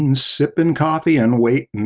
and sipping coffee and waiting.